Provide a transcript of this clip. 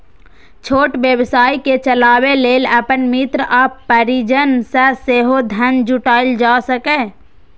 छोट व्यवसाय कें चलाबै लेल अपन मित्र आ परिजन सं सेहो धन जुटायल जा सकैए